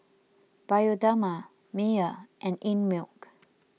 Bioderma Mayer and Einmilk